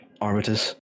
arbiters